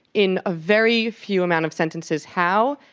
in a very few amount of sentences, how?